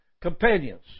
Companions